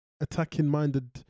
attacking-minded